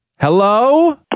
Hello